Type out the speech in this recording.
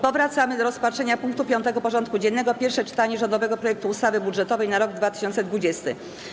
Powracamy do rozpatrzenia punktu 5. porządku dziennego: Pierwsze czytanie rządowego projektu ustawy budżetowej na rok 2020.